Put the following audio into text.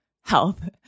health